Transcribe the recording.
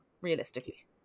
realistically